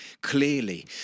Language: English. clearly